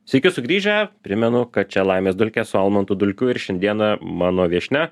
sveiki sugrįžę primenu kad čia laimės dulkės su almantu dulkiu ir šiandieną mano viešnia